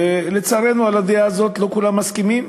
לדעה הזאת לא כולם מסכימים,